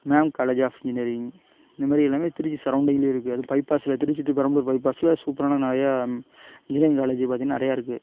ma'am college of engineering இந்த மாதிரி எல்லாமே திருச்சி சரௌண்டிங்கிலே இருக்கு அதுவும் பைபாஸில் திருச்சி டூ பெரம்பலூர் பைபாஸில் சூப்பரான நிறையா இன்ஜினியரிங் காலேஜு பார்த்திங்கனா நிறையா இருக்கு